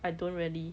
I don't really